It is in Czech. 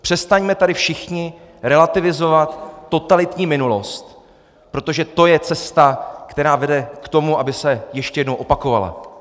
Přestaňme tady všichni relativizovat totalitní minulost, protože to je cesta, která vede k tomu, aby se ještě jednou opakovala.